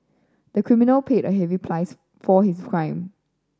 the criminal paid a heavy price for his crime